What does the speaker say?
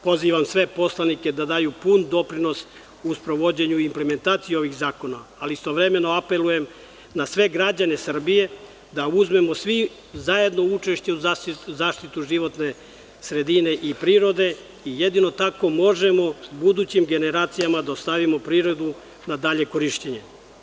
Pozivam sve poslanike da daju pun doprinos u sprovođenju i implementaciji ovih zakona, ali istovremeno apelujem na sve građane Srbije da uzmemo svi zajedno učešće u zaštiti životne sredine i prirode i jedino tako možemo budućim generacijama da ostavimo prirodu na dalje korišćenje.